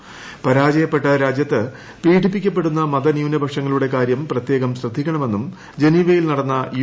പരാജയപ്പെട്ട രാജ്യത്ത് പീഡിപ്പിക്കപ്പെടുന്ന മതന്യൂനപക്ഷങ്ങളുടെ കാര്യം പ്രത്യേകം ശ്രദ്ധിക്കണമെന്നും ജനീവയിൽ നടന്ന യു